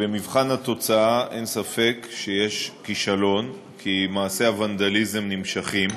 במבחן התוצאה אין ספק שיש כישלון כי מעשי הוונדליזם נמשכים,